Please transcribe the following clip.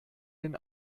den